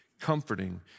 comforting